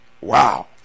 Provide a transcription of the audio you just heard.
Wow